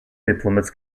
diplomats